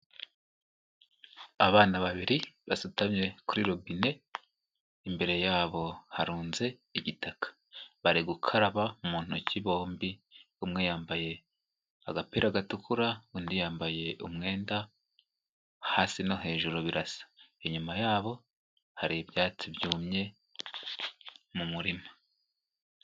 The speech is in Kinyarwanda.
Abana babiri basutamye kuri robine, imbere yabo harunze igitaka, bari gukaraba mu ntoki bombi umwe yambaye agapira gatukura, undi yambaye umwenda hasi no hejuru birasa, inyuma yabo hari ibyatsi byumye mu murima.